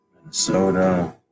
Minnesota